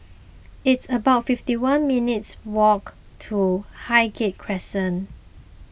it's about fifty one minutes' walk to Highgate Crescent